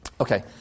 Okay